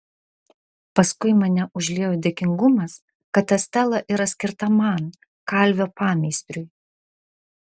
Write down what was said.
paskui mane užliejo dėkingumas kad estela yra skirta man kalvio pameistriui